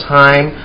time